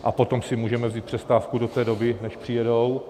A potom si můžeme vzít přestávku do té doby, než přijedou?